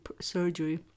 surgery